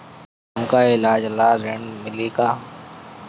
हमका ईलाज ला ऋण मिली का?